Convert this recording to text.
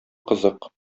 кызык